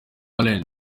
allen